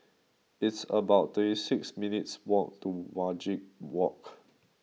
it's about twenty six minutes' walk to Wajek Walk